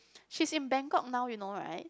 she is in Bangkok now you know right